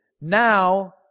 now